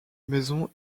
maison